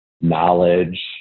knowledge